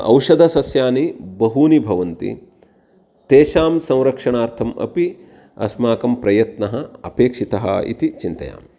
औषदसस्यानि बहूनि भवन्ति तेषां संरक्षणार्थम् अपि अस्माकं प्रयत्नः अपेक्षितः इति चिन्तयामि